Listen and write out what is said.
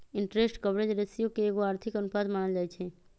interest coverage ratio के एगो आर्थिक अनुपात मानल जाइ छइ